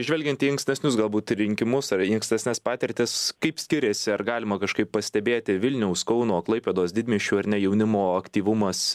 žvelgiant į ankstesnius galbūt rinkimus ar į ankstesnes patirtis kaip skiriasi ar galima kažkaip pastebėti vilniaus kauno klaipėdos didmiesčių ar ne jaunimo aktyvumas